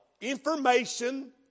information